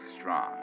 strong